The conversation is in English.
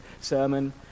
sermon